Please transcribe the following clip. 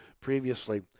previously